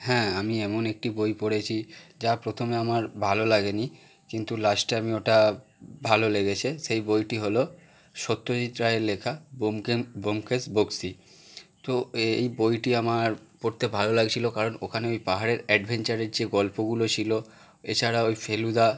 হ্যাঁ আমি এমন একটি বই পড়েছি যা প্রথমে আমার ভালো লাগেনি কিন্তু লাস্টে আমি ওটা ভালো লেগেছে সেই বইটি হল সত্যজিৎ রায়ের লেখা ব্যোমকেশ বক্সী তো এই বইটি আমার পড়তে ভালো লাগছিল কারণ ওখানে ওই পাহাড়ের অ্যাডভেঞ্চারের যে গল্পগুলো ছিল এছাড়া ওই ফেলুদা